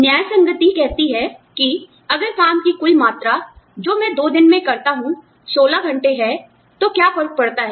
न्याय संगति कहती है कि अगर काम की कुल मात्रा जो मैं दो दिन में करता हूँ 16 घंटे है तो क्या फर्क पड़ता है